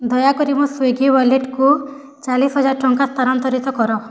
ଦୟାକରି ମୋ ସ୍ଵିଗୀ ୱାଲେଟ୍କୁ ଚାଳିଶ ହଜାର ଟଙ୍କା ସ୍ଥାନାନ୍ତରିତ କର